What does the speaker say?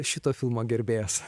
šito filmo gerbėjas